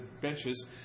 benches